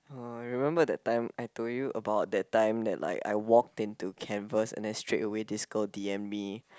uh I remember that time I told you about that time that like I walked into canvas and then straight away this girl D_M me